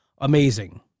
amazing